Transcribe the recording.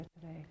today